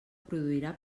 produirà